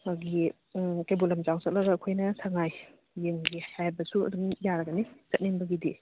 ꯎꯝ ꯀꯩꯕꯨꯜ ꯂꯝꯖꯥꯎ ꯆꯠꯂꯒ ꯑꯩꯈꯣꯏꯅ ꯁꯉꯥꯏ ꯌꯦꯡꯒꯦ ꯍꯥꯏꯔꯕꯁꯨ ꯑꯗꯨꯝ ꯌꯥꯒꯅꯤ ꯆꯠꯅꯤꯡꯕꯒꯤꯗꯤ